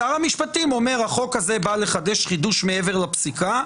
שר המשפטים אומר: החוק הזה בא לחדש חידוש מעבר לפסיקה.